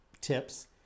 tips